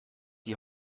die